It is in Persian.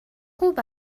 خوب